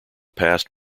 passed